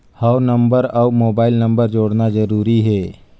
हव नंबर अउ mobile number जोड़ना जरूरी हे?